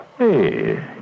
Hey